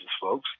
folks